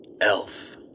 Elf